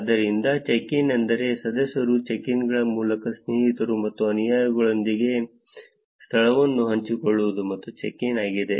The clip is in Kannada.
ಆದ್ದರಿಂದ ಚೆಕ್ ಇನ್ ಎಂದರೆ ಸದಸ್ಯರು ಚೆಕ್ ಇನ್ಗಳ ಮೂಲಕ ಸ್ನೇಹಿತರು ಮತ್ತು ಅನುಯಾಯಿಗಳೊಂದಿಗೆ ಸ್ಥಳವನ್ನು ಹಂಚಿಕೊಳ್ಳಬಹುದು ಅದು ಚೆಕ್ ಇನ್ ಆಗಿದೆ